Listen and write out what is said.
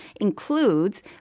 includes